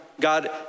God